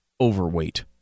overweight